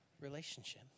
Relationship